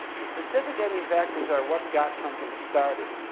the precipitating factors are what got something started,